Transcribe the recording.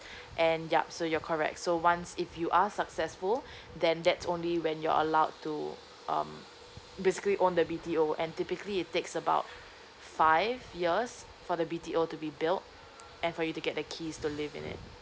and yup so you're correct so once if you are successful then that's only when you're allowed to um basically own the B_T_O and typically it takes about five years for the B_T_O to be built and for you to get the keys to live in it